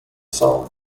song